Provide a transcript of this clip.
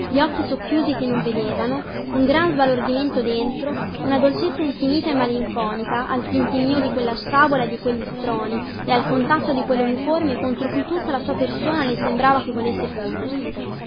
gli occhi socchiusi che non vedevano un gran sbalordimento dentro una dolcezza infinita e malinconica al tintinnío di quella sciabola e di quegli sproni e al contatto di quelluniforme contro cui tutta la sua persona le sembrava che volesse fondersi